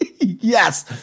Yes